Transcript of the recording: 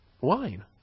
wine